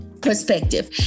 Perspective